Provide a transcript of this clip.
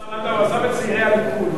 השר לנדאו עזב את צעירי הליכוד,